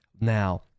now